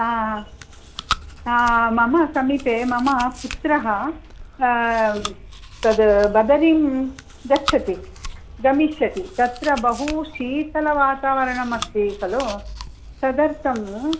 हा हा मम समीपे मम पुत्रः तद् बदरीं गच्छति गमिष्यति तत्र बहू शीतलवातावरणम् अस्ति खलु तदर्थम्